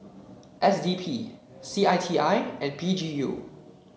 S D P C I T I and P G U